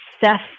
Seth